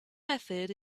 method